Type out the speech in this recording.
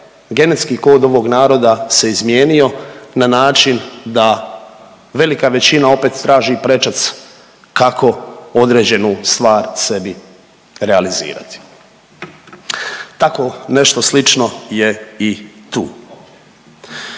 genetski kod ovog naroda se izmijenio na način da velika većina opet traži prečac kako određenu stvar sebi realizirati. Tako nešto slično je i tu.